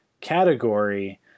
category